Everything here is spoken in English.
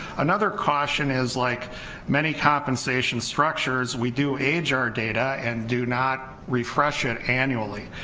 another caution is like many compensation structures we do age our data and do not refresh it annually,